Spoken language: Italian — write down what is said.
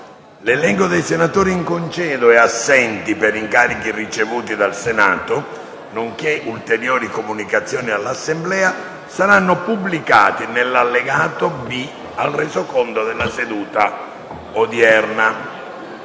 L'elenco dei senatori in congedo e assenti per incarico ricevuto dal Senato, nonché ulteriori comunicazioni all'Assemblea saranno pubblicati nell'allegato B al Resoconto della seduta odierna.